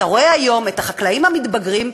אתה רואה היום את החקלאים המתבגרים,